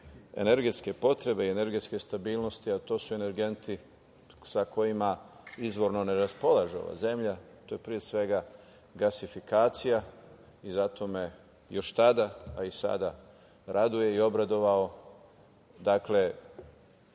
energetske potrebe i energetske stabilnosti, a to su energenti sa kojima izvorno ne raspolaže ova zemlje, to je pre svega gasifikacija i zato me još tada i sada, raduje i obradovao. Dakle,